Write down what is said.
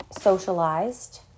socialized